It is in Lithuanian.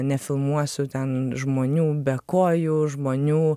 nefilmuosiu ten žmonių be kojų žmonių